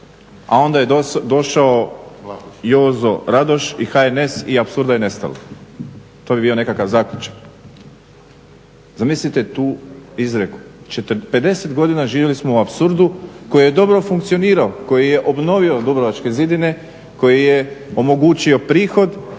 a onda je došao Jozo Radoš i HNS i apsurda je nestalo. To bi bio nekakav zaključak. Zamislite tu izreku, 50 godina živjeli smo u apsurdu koji je dobro funkcionirao, koji je obnovio Dubrovačke zidine koji je omogućio prihod